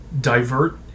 divert